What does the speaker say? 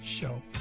show